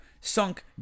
sunk